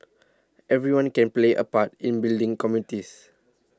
everyone can play a part in building communities